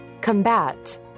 Combat